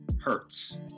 hurts